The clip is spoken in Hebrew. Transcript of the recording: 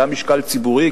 גם משקל ציבורי,